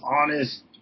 honest